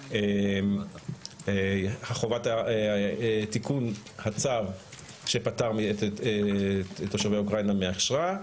לגבי חובת תיקון הצו שפטר את תושבי אוקראינה מאשרה.